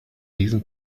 diesem